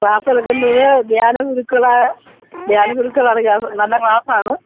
ക്ലാസെടുക്കുന്നത് ധ്യാന ഗുരുക്കള് ധ്യാന ഗുരുക്കളാണ് ക്ലാസ് നല്ല ക്ലാസ്സാണ്